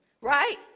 right